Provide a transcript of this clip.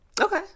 Okay